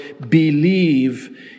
believe